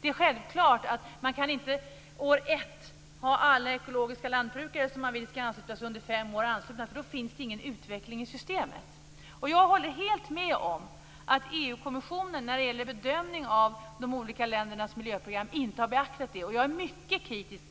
Det är självklart att alla ekologiska lantbrukare som man vill ska ansluta sig under fem år inte kan vara anslutna år ett, för då finns det ingen utveckling i systemet. Jag håller också helt med om att EU kommissionen i bedömningen av de olika ländernas miljöprogram inte har beaktat det. Jag var mycket kritisk